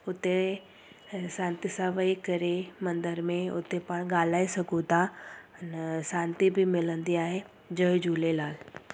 उते अ शांती सां वेही करे मंदर में उते पाण ॻाल्हाए सघूं था अन शांती बि मिलंदी आहे जय झूलेलाल